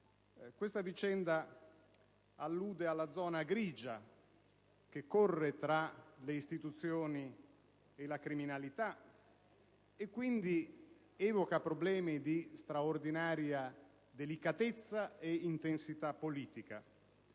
questa vicenda allude alla zona grigia che corre tra le istituzioni e la criminalità, evocando quindi problemi di straordinaria delicatezza e intensità politica.